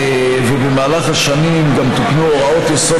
ובמהלך השנים גם תוקנו הוראות יסוד